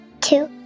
Two